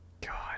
god